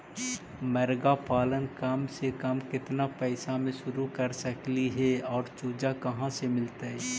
मरगा पालन कम से कम केतना पैसा में शुरू कर सकली हे और चुजा कहा से मिलतै?